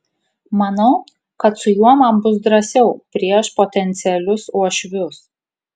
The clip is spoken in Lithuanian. manau kad su juo man bus drąsiau prieš potencialius uošvius